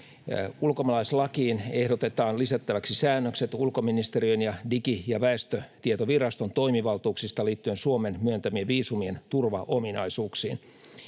Ulkomaalaislakiin ehdotetaan lisättäväksi säännökset ulkoministeriön ja Digi- ja väestötietoviraston toimivaltuuksista liittyen Suomen myöntämien viisumien turvaominaisuuksiin.